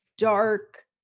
dark